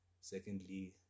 secondly